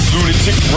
Lunatic